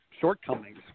shortcomings